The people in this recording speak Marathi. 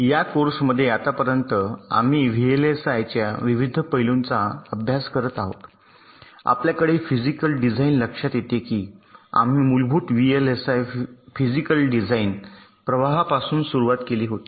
या कोर्समध्ये आतापर्यंत आम्ही व्हीएलएसआयच्या विविध पैलूंचा अभ्यास करत आहोत आपल्यासारखे फिजिकल डिझाइन लक्षात येते की आम्ही मूलभूत VLSI फिजिकल डिझाइन प्रवाहापासून सुरुवात केली होती